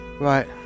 Right